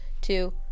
two